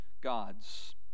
gods